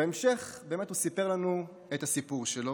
בהמשך הוא באמת סיפר לנו את הסיפור שלו.